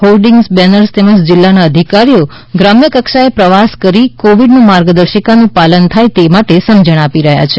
hoardings banners તેમજ જીલ્લાના અધિકારીઓ ગ્રામ્ય કક્ષાએ પ્રવાસ કરી કોવિડનું માર્ગદર્શિકાનું પાલન થાય તે માટે સમજણ આપી રહ્યા છે